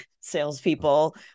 salespeople